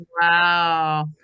Wow